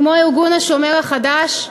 כמו ארגון "השומר החדש",